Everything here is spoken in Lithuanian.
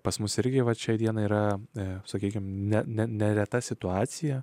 pas mus irgi vat šiai dienai yra ne sakykime ne nereta situacija